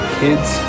kids